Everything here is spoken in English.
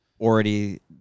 already